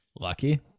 Lucky